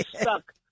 stuck